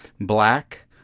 Black